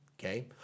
Okay